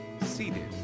Seated